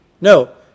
No